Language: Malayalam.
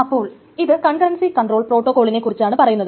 അപ്പോൾ ഇത് കൺകറൻസി കൺടോൾ പ്രോട്ടോകോളിനെ കുറിച്ചാണ് പറയുന്നത്